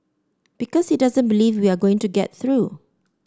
because he doesn't believe we are going to get through